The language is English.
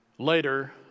Later